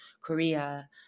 Korea